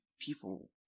People